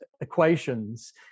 equations